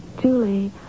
Julie